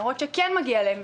למרות שכן מגיע להם,